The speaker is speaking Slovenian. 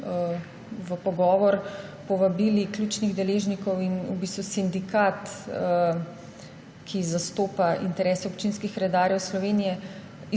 v pogovor niste povabili ključnih deležnikov in v bistvu sindikat, ki zastopa interese občinskih redarjev Slovenije,